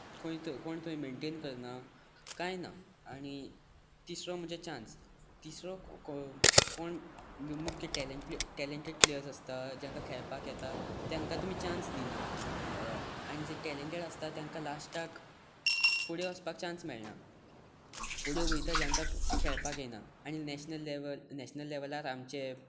कोण थंय मैन्टेन करना आनी तिसरो म्हणचे चान्स तिसरो कोण टॅलंटीड प्लेयर्स आसता जांकां खेळपाक येता तांका तुमी चान्स दिना आनी जे टॅलंटीड आसता तांकां लास्टाक फुडें वचपाक चान्स मेळना फुडें वयता ताकां खेळपाक येना आनी नॅशनेल लेवल नॅशनेल लेवलाक आमचे